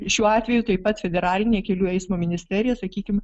šiuo atveju taip pat federalinė kelių eismo ministerija sakykim